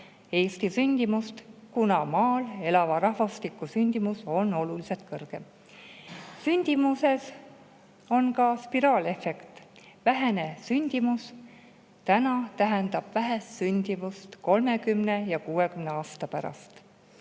Eesti sündimust, kuna maal elava rahvastiku sündimus on oluliselt kõrgem. Sündimuse puhul on ka spiraalefekt: vähene sündimus täna tähendab vähest sündimust 30 ja 60 aasta pärast.